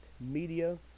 media